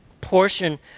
portion